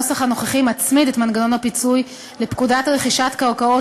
הנוסח הנוכחי מצמיד את מנגנון הפיצוי לפקודת רכישת קרקעות